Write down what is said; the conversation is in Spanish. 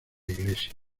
iglesia